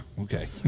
Okay